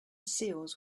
seals